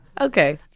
Okay